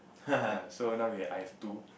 ya so we I have two